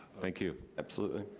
thank you. absolutely.